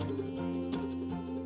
the